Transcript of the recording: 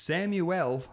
Samuel